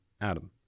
Adam